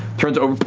turns over,